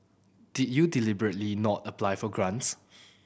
did you deliberately not apply for grants